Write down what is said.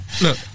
look